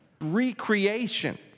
Recreation